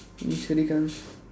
நீ சிரிக்காதே:nii sirikkaathee